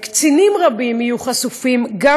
קצינים רבים יהיו חשופים גם